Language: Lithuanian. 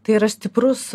tai yra stiprus